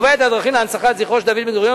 קובע את הדרכים להנצחת זכרו של דוד בן-גוריון